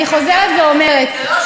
אני חוזרת ואומרת,